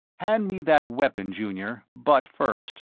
hand me that weapon, junior, butt first,